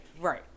right